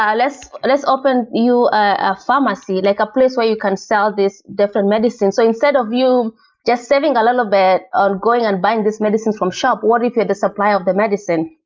yeah let's let's open you a pharmacy, like a place where you can sell these different medicines. so instead of you um just saving a little bit on going and buying these medicines from shop, what if you're the the supplier of the medicine?